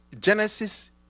Genesis